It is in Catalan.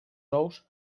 ous